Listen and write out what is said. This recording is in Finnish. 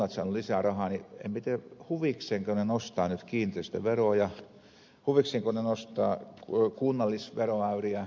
en minä tiedä huvikseenko ne nostavat nyt kiinteistöveroja huvikseenko ne nostavat kunnallisveroäyriä